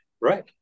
Right